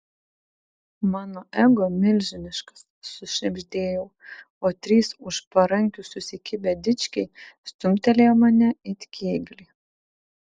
mano ego milžiniškas sušnibždėjau o trys už parankių susikibę dičkiai stumtelėjo mane it kėglį